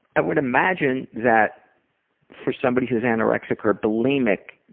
i would imagine that for somebody who is anorexic or bulimic,